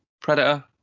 Predator